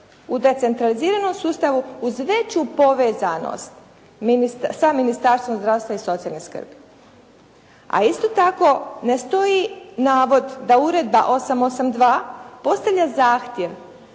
u decentraliziranom sustavu uz veću povezanost sa Ministarstvom zdravstva i socijalne skrbi. A isto tako ne stoji navod da Uredba 882 postavlja zahtjev